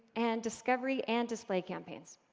and discovery and display campaigns.